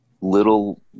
little